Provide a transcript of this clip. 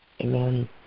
Amen